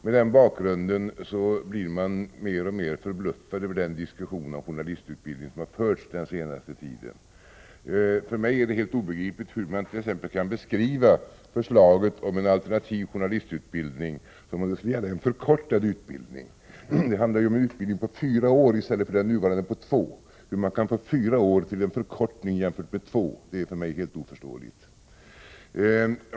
Med den bakgrunden blir man mer och mer förbluffad över den diskussion om journalistutbildningen som förts den senaste tiden. För mig är det helt obegripligt hur man t.ex. kan beskriva förslaget om en alternativ journalistutbildning som om det skulle gälla en förkortad utbildning. Det handlar ju om en utbildning på fyra år i stället för den nuvarande på två år. Hur man kan få fyra år till en förkortning jämfört med två år är för mig helt oförståeligt.